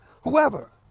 whoever